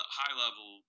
high-level